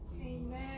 Amen